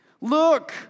Look